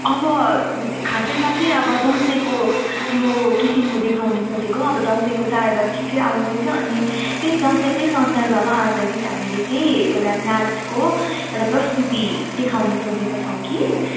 अब खासैमा चाहिँ अब दसैँको यो किसिमको देखाउने सोचेको अब दसैँको चाडबाड छिटै आउँदैछ अनि त्यही दसैँकै सन्दर्भमा आधारित हामीले चाहिँ एउटा नाचको एउटा प्रस्तुति देखाउने सोचेका छौँं कि